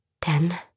Ten